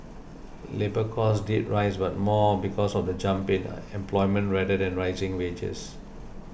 labour cost did rise but more because of the jump in employment rather than rising wages